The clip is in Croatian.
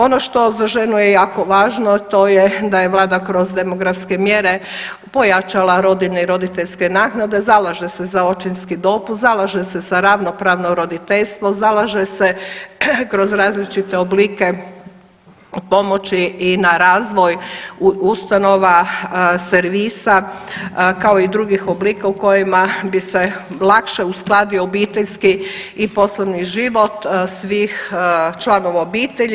Ono što za ženu je jako važno, to je da je vlada kroz demografske mjere pojačala rodiljne i roditeljske naknade, zalaže se za očinski dopust, zalaže se za ravnopravno roditeljstvo, zalaže se kroz različite oblike pomoći i na razvoj ustanova, servisa kao i drugih oblika u kojima bi se lakše uskladio obiteljski i poslovni život svih članova obitelji.